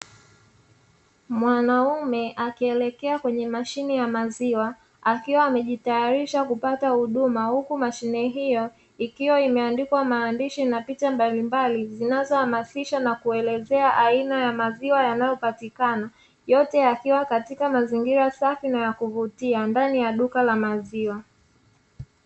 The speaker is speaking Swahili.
Mwanaume akielekea kwenye mashine ya maziwa akiwa amejitayarisha kupata huduma, huku mashine hiyo ikiwa imeandikwa maandishi na picha mbalimbali zinazohamasisha na kuelezea aina ya maziwa yanayopatikana, yote yakiwa katika mazingira safi na ya kuvutia ndani ya duka la maziwa.